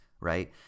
right